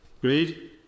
Agreed